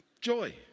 joy